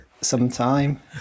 sometime